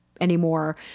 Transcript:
anymore